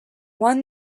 won